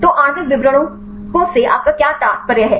तो आणविक विवरणकों से आपका क्या तात्पर्य है